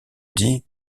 dit